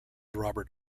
robert